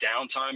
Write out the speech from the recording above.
downtime